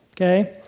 okay